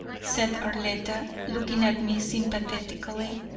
said arletta, looking at me sympathetically,